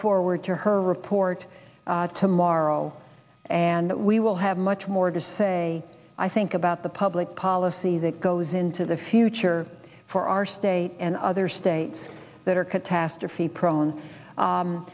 forward to her report tomorrow and that we will have much more to say i think about the public policy that goes into the future for our state and other states that are catastrophe